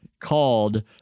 called